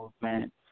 movement